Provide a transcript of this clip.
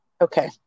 okay